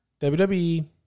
WWE